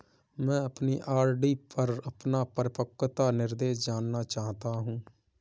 मैं अपनी आर.डी पर अपना परिपक्वता निर्देश जानना चाहता हूँ